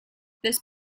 this